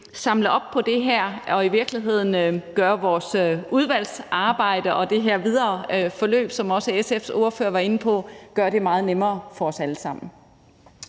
samle op på det her og i virkeligheden gøre vores udvalgsarbejde og det her videre forløb, som også SF's ordfører var inde på, meget nemmere for os alle sammen.